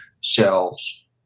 cells